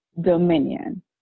Dominion